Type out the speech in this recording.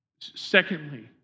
Secondly